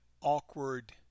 awkward